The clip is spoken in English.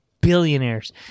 billionaires